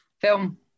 Film